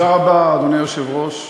תודה רבה, אדוני היושב-ראש,